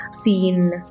seen